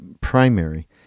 primary